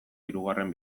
hirugarren